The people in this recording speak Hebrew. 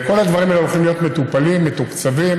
כל הדברים האלה הולכים להיות מטופלים, מתוקצבים.